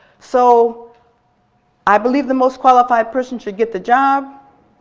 so i believe the most qualified person should get the job.